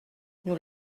nous